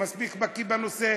הוא מספיק בקי בנושא,